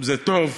זה טוב,